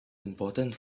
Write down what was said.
important